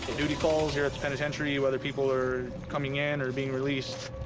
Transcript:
duty calls here at the penitentiary, whether people are coming in or being released,